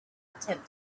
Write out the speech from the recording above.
attempt